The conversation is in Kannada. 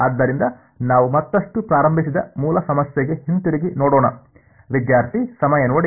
ಆದ್ದರಿಂದ ನಾವು ಮತ್ತಷ್ಟು ಪ್ರಾರಂಭಿಸಿದ ಮೂಲ ಸಮಸ್ಯೆಗೆ ಹಿಂತಿರುಗಿ ನೋಡೋಣ